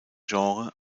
genre